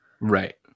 right